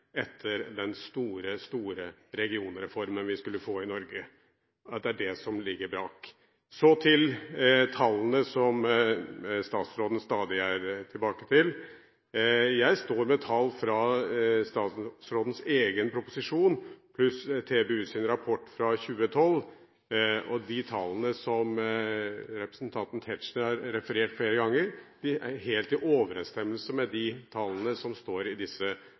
etter den store regionreformen vi skulle få i Norge – som ligger bak. Så til tallene som statsråden stadig kommer tilbake til. Jeg står med tall fra statsrådens egen proposisjon pluss TBUs rapport fra 2012, og de tallene som representanten Tetzschner har referert flere ganger, er helt i overensstemmelse med de tallene som står i disse